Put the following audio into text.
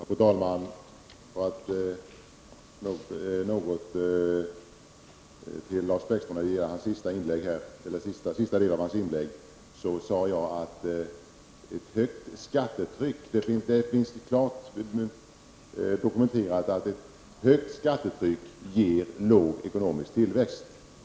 Fru talman! Jag vill något bemöta den sista delen av Lars Bäckströms inlägg. Jag sade att det finns klart dokumenterat att ett högt skattetryck ger låg ekonomisk tillväxt.